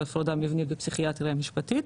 והפרדה מבנית בפסיכיאטריה משפטית,